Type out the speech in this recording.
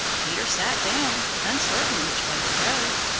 peter sat down, uncertain which way to go.